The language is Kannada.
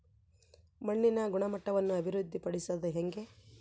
ಮಣ್ಣಿನ ಗುಣಮಟ್ಟವನ್ನು ಅಭಿವೃದ್ಧಿ ಪಡಿಸದು ಹೆಂಗೆ?